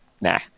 Nah